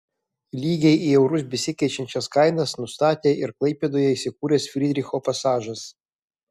lygiai į eurus besikeičiančias kainas nustatė ir klaipėdoje įsikūręs frydricho pasažas